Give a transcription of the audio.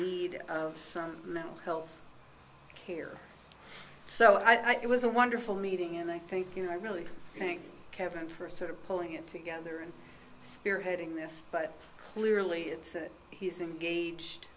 need of some mental health care so i thought it was a wonderful meeting and i think you know i really think kevin for sort of pulling it together and spearheading this but clearly it's he's engaged